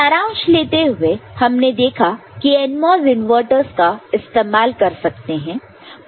सारांश लेते हुए हमने देखा कि NMOS इनवर्टरस का इस्तेमाल कर सकते हैं